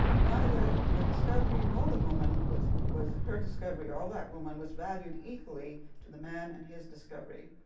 neither the discovery, nor the woman, which was her discovery, or that woman was valued equally to the man and his discovery.